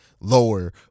lower